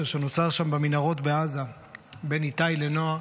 שנוצר שם במנהרות בעזה בין איתי לנועה